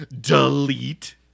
Delete